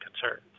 concerns